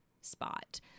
spot